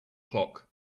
clock